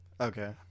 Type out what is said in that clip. Okay